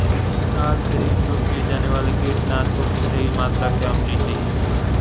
दाल के लिए उपयोग किए जाने वाले कीटनाशकों की सही मात्रा क्या होनी चाहिए?